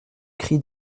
cri